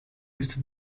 listed